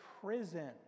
prison